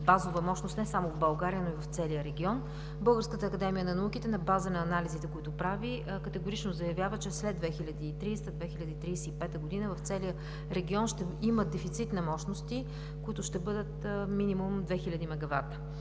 базова мощност не само в България, но и в целия регион. Българската академия на науките на база на анализите, които прави, категорично заявява, че след 2030 – 2035 г. в целия регион ще има дефицит на мощности, които ще бъдат минимум 2000 мегавата.